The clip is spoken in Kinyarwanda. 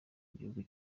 igihugu